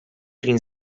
egin